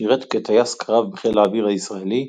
שירת כטייס קרב בחיל האוויר הישראלי,